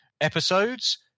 episodes